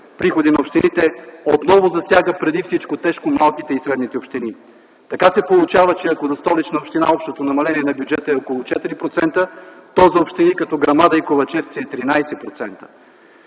приходи на общините отново засяга преди всичко тежко малките и средни общини. Така се получава, че ако за Столична община общото намаление на бюджета е около 4%, то за общини като Грамада и Ковачевци е 13%.